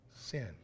sin